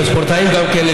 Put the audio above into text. וספורטאים גם כן,